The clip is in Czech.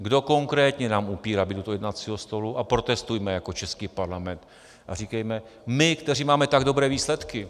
Kdo konkrétně nám upírá být u toho jednacího stolu, a protestujme jako český Parlament a říkejme: My, kteří máme tak dobré výsledky!